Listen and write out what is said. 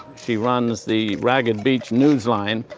she runs the ragged beach newsline,